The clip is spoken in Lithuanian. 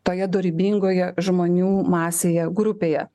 toje dorybingoje žmonių masėje grupėje